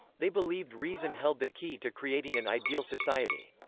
they believed reason held the key to creating an ideal society.